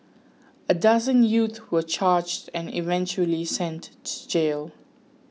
a dozen youth were charged and eventually sent to jail